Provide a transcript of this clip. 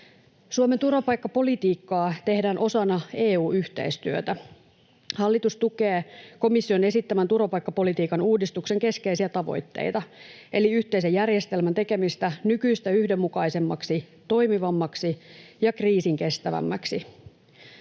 Suomen turvapaikkapolitiikkaa tehdään osana EU-yhteistyötä. Hallitus tukee komission esittämän turvapaikkapolitiikan uudistuksen keskeisiä tavoitteita eli yhteisen järjestelmän tekemistä nykyistä yhdenmukaisemmaksi, toimivammaksi ja kriisinkestävämmäksi.